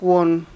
one